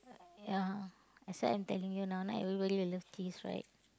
ya so I'm telling you now not everybody will love cheese right